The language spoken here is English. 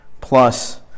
plus